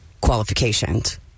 qualifications